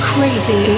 Crazy